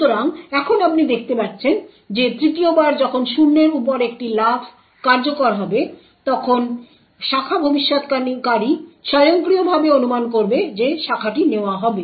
সুতরাং এখন আপনি দেখতে পাচ্ছেন যে 3য় বার যখন শূন্যের উপর একটি লাফ কার্যকর হবে তখন শাখা ভবিষ্যদ্বাণীকারী স্বয়ংক্রিয়ভাবে অনুমান করবে যে শাখাটি নেওয়া হবে